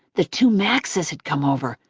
the two maxes had come over,